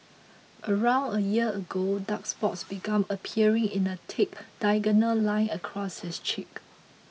around a year ago dark spots began appearing in a thick diagonal line across his cheek